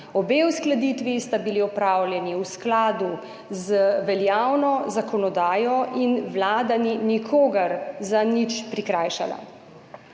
Obe uskladitvi sta bili opravljeni v skladu z veljavno zakonodajo. Vlada ni nikogar za nič prikrajšala.